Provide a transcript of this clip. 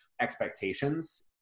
expectations